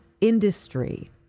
industry